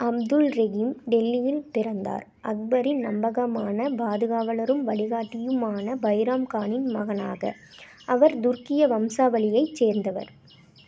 அப்துல் ரஹீம் டெல்லியில் பிறந்தார் அக்பரின் நம்பகமான பாதுகாவலரும் வழிகாட்டியுமான பைராம் கானின் மகனாக அவர் துருக்கிய வம்சாவளியைச் சேர்ந்தவர்